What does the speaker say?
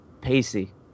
Pacey